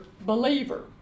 believer